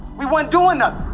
we wasn't doing ah